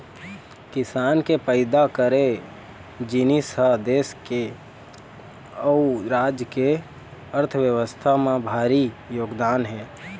किसान के पइदा करे जिनिस ह देस के अउ राज के अर्थबेवस्था म भारी योगदान हे